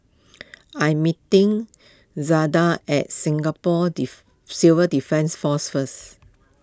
I meeting Zaida at Singapore Civil Defence force first